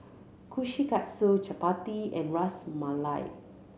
Kushikatsu Chapati and Ras Malai